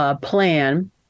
plan